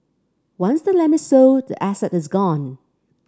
once the land is sold the asset is gone